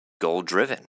goal-driven